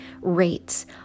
rates